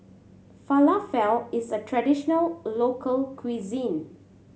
falafel is a traditional local cuisine